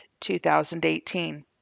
2018